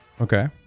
Okay